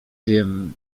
wiem